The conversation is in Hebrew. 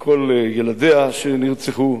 עם כל ילדיה אשר נרצחו,